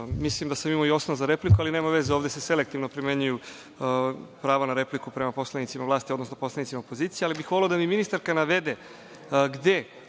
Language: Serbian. Mislim da sam imao osnov za repliku, ali nema veze, ovde se selektivno primenjuje pravo na repliku prema poslanicima vlasti, odnosno poslanicima opozicije. Voleo bih da mi ministarka navede gde